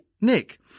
Nick